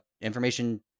Information